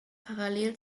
parallel